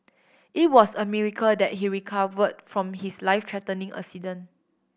it was a miracle that he recovered from his life threatening accident